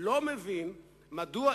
אני לא מבין מדוע,